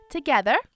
Together